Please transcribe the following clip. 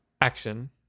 Action